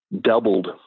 doubled